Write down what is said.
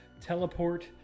teleport